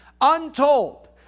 Untold